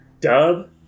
dub